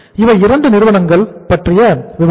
இவை இரண்டு நிறுவனங்கள் பற்றிய விவரங்கள்